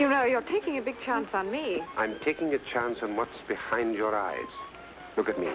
you know you're taking a big chance on me i'm taking a chance on what's behind your eyes look at me